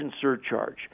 surcharge